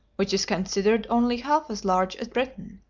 which is considered only half as large as britain.